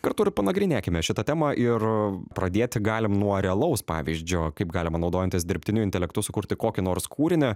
kartu ir panagrinėkime šitą temą ir pradėti galim nuo realaus pavyzdžio kaip galima naudojantis dirbtiniu intelektu sukurti kokį nors kūrinį